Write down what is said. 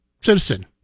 citizen